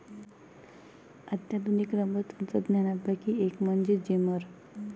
अत्याधुनिक रबर तंत्रज्ञानापैकी एक म्हणजे जेमर